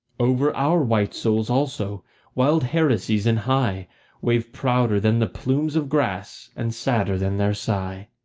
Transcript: over our white souls also wild heresies and high wave prouder than the plumes of grass, and sadder than their sigh.